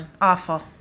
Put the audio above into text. awful